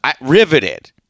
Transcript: riveted